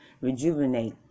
rejuvenate